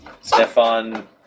Stefan